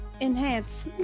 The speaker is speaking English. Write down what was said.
enhance